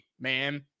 man